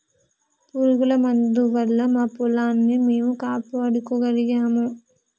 పురుగుల మందు వల్ల మా పొలాన్ని మేము కాపాడుకోగలిగాము